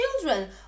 children